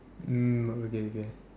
mm okay okay